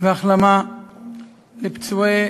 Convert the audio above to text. והחלמה לפצועי